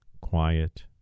quiet